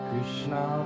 Krishna